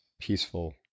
peaceful